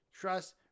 trust